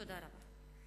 תודה רבה.